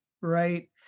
Right